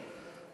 אחרון.